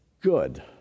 good